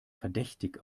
verdächtig